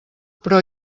però